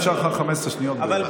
נשארו לך 15 שניות בערך.